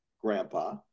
grandpa